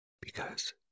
Because